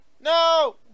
No